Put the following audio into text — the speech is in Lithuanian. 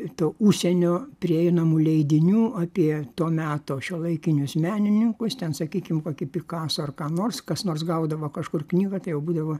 to užsienio prieinamų leidinių apie to meto šiuolaikinius menininkus ten sakykim kokį pikaso ar ką nors kas nors gaudavo kažkur knygą tai jau būdavo